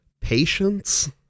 patience